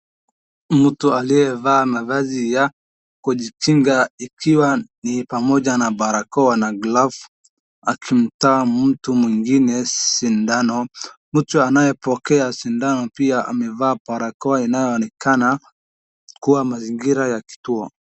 Mtu aliyevaa mavazi ya kujikinga ikiwa ni pamoja na barakoa ,na glavu akimtoa mtu mwingine sindano.,akimtoa mtu mwingine sindano .Mtu anayepokea sindano amevaa barakoa inaonekana kuwa mazingira ya kituo.